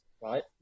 right